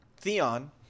Theon